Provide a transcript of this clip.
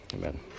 Amen